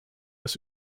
das